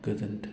गोजोनथों